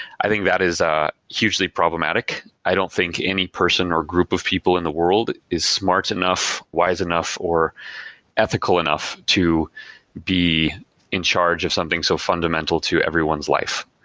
i think that is ah hugely problematic. i don't think any person or group of people in the world is smart enough, wise enough or ethical enough to be in charge of something so fundamental to everyone's life.